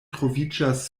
troviĝas